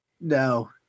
No